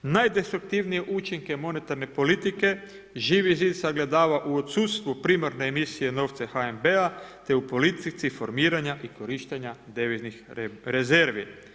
Najdestruktivnije učinke monetarne politike Živi zid sagledava u odsustvu primarne emisije novca HNB-a te u politici formiranja i korištenja deviznih rezervi.